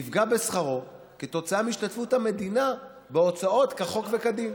נפגע בשכרו כתוצאה מהשתתפות המדינה בהוצאות כחוק וכדין.